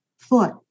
foot